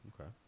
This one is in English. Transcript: Okay